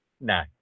No